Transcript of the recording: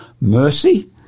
Mercy